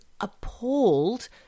appalled